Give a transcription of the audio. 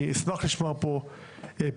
אני אשמח לשמוע פה פתרונות.